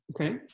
Okay